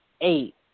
eight